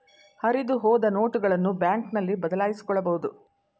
ಹರಿದುಹೋದ ನೋಟುಗಳನ್ನು ಬ್ಯಾಂಕ್ನಲ್ಲಿ ಬದಲಾಯಿಸಿಕೊಳ್ಳಬಹುದು